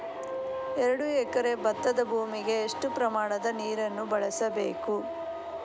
ಎರಡು ಎಕರೆ ಭತ್ತದ ಭೂಮಿಗೆ ಎಷ್ಟು ಪ್ರಮಾಣದ ನೀರನ್ನು ಬಳಸಬೇಕು?